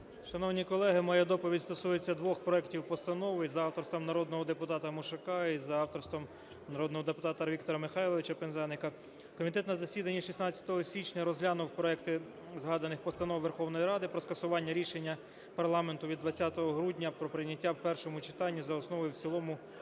Шановні колеги, моя доповідь стосується двох проектів постанов: і за авторством народного депутата Мушака, і за авторством народного депутата Віктора Михайловича Пинзеника. Комітет на засіданні 16 січня розглянув проекти згаданих постанов Верховної Ради про скасування рішення парламенту від 20 грудня про прийняття в першому читанні за основу і в цілому проекту